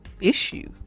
issue